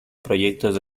proyectos